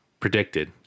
Predicted